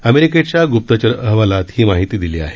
अमेरिकेच्या गुप्तचर अहवालात ही माहिती दिली आहे